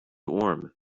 warm